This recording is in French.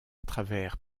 travers